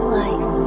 life